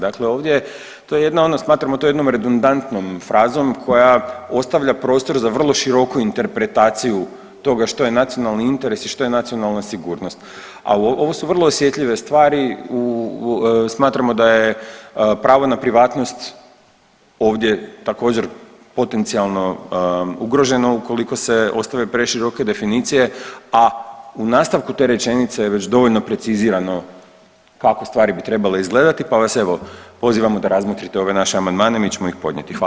Dakle ovdje, to je jedna ono smatramo to jednom redundantnom frazom koja ostavlja prostor za vrlo široku interpretaciju toga što je nacionalni interes i što je nacionalna sigurnost, a ovo su vrlo osjetljive stvari u, smatramo da je pravo na privatnost ovdje također potencijalno ugrožena ukoliko se ostave preširoke definicije, a u nastavku te rečenice je već dovoljno precizirano kako stvari bi trebale izgledati, pa vas evo pozivamo da razmotrite ove naše amandmane, mi ćemo ih podnijeti, hvala.